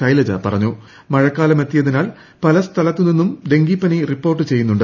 ക്ടെക്ട് മഴക്കാലമെത്തിയതിനാൽ പല ർസ്ഥലത്ത് നിന്നും ഡെങ്കിപ്പനി റിപ്പോർട്ട് ചെയ്യുന്നുണ്ട്